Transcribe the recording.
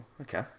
okay